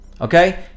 okay